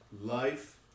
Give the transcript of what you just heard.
life